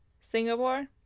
Singapore